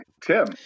Tim